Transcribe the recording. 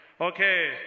Okay